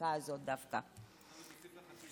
הפסיקה הזאת דווקא הייתה מוצאת חן בעיניו.